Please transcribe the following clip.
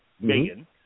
Megan